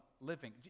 living